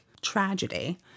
tragedy